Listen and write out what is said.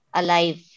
alive